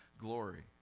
glory